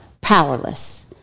powerless